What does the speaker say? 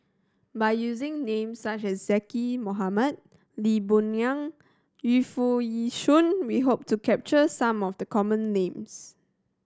by using names such as Zaqy Mohamad Lee Boon Ngan Yu Foo Yee Shoon we hope to capture some of the common names